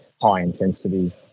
high-intensity